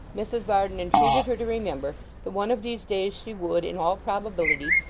mrs varden entreated her to remember that one of these days she would, in all probability,